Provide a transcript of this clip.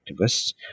activists